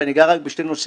ואני אגע רק בשני נושאים,